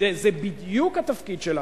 זה בדיוק התפקיד שלנו.